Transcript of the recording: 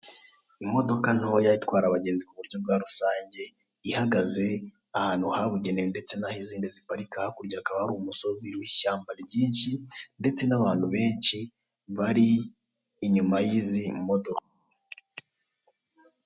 Imodoka ntoya itwara abagenzi ku buryo bwa rusange, ihagaze ahantu habugenewe ndetse n'ah'izindi ziparika hakurya hakaba hari umusozi w'ishyamba ryinshi ndetse n'abantu benshi bari inyuma y'izi modoka.